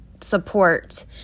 support